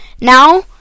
Now